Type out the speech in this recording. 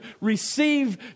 receive